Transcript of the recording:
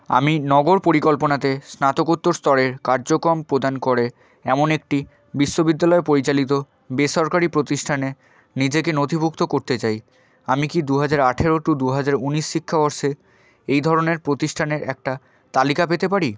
আমি নগর পরিকল্পনাতে স্নাতকোত্তর স্তরের কার্যক্রম প্রদান করে এমন একটি বিশ্ববিদ্যালয় পরিচালিত বেসরকারি প্রতিষ্ঠানে নিজেকে নথিভুক্ত করতে চাই আমি কি দু হাজার আঠারো টু দু হাজার উনিশ শিক্ষাবর্ষে এই ধরনের প্রতিষ্ঠানের একটা তালিকা পেতে পারি